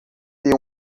ter